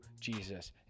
Jesus